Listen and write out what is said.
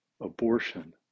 abortion